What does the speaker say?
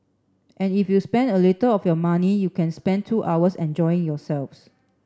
and if you spend a little of your money you can spend two hours enjoying yourselves